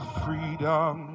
freedom